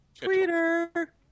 Twitter